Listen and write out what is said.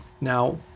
now